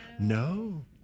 No